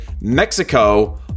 Mexico